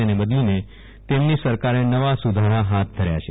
તેને બદલીને તેમની સરકારે નવા સુધારા હાથ ધર્યા છે